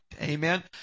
amen